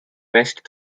west